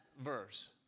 verse